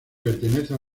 pertenece